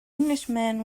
englishman